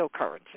cryptocurrency